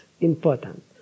important